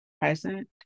present